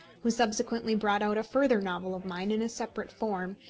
who subsequently brought out a further novel of mine in a separate form,